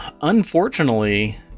Unfortunately